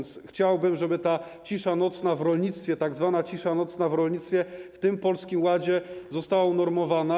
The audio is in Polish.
Chciałbym, żeby ta cisza nocna w rolnictwie, tzw. cisza nocna w rolnictwie, w tym Polskim Ładzie została unormowana.